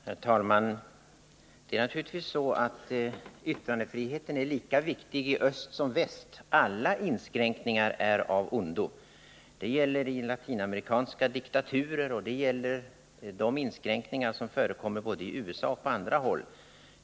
Herr talman! Det är naturligtvis så att yttrandefriheten är lika viktig i öst som i väst; alla inskränkningar i den är av ondo. Det gäller latinamerikanska diktaturer och det gäller de inskränkningar som förekommer, både i USA och på andra håll.